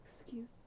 Excuse